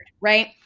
Right